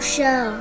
Show